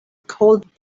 cold